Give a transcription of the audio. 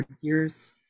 years